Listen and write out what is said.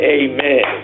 amen